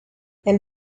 and